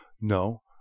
No